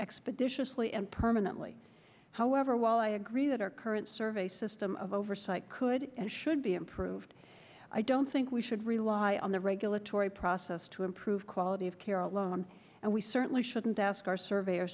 expeditiously and permanently however while i agree that our current survey system of oversight could and should be improved i don't think we should rely on the regulatory process to improve quality of care alone and we certainly shouldn't ask our surveyor